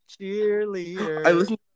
cheerleader